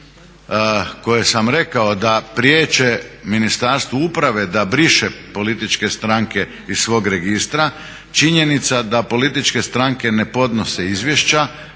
koje sam rekao da priječe Ministarstvu uprave da briše političke stranke iz svog registra, činjenica da političke stranke ne podnose izvješća